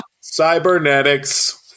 cybernetics